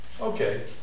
Okay